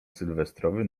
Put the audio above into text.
sylwestrowy